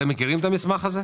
אתם מכירים את המסמך הזה?